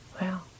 Wow